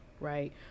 Right